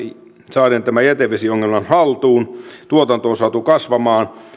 saaden tämän jätevesiongelman haltuun tuotanto on saatu kasvamaan